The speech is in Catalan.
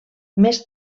més